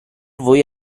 voi